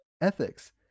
ethics